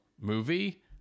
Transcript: movie